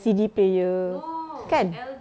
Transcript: C_D player kan